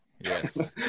yes